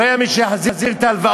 לא היה מי שיחזיר את ההלוואות.